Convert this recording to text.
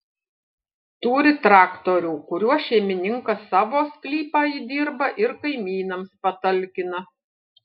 turi traktorių kuriuo šeimininkas savo sklypą įdirba ir kaimynams patalkina